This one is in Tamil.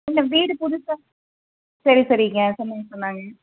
இந்த வீடு புதுசாக சரி சரிங்க சொன்னாங்க சொன்னாங்க